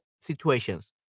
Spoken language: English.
situations